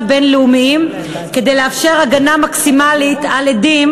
בין-לאומיים כדי לאפשר הגנה מקסימלית על עדים,